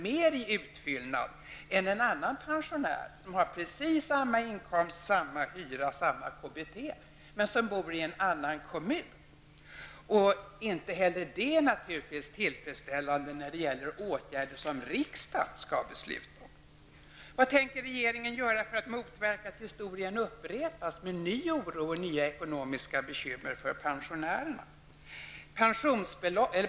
mer än en annan pensionär med samma inkomst, samma hyra, samma KBT, men som bor i en annan kommun. Inte heller det är naturligtvis tillfredsställande när det gäller åtgärder som riksdagen skall besluta om. Vad tänker regeringen göra för att motverka att historien upprepas med ny oro och nya ekonomiska bekymmer för pensionärerna?